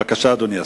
בבקשה, אדוני השר.